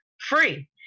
free